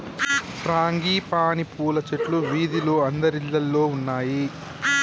frangipani పూల చెట్లు వీధిలో అందరిల్లల్లో ఉన్నాయి